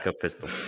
pistol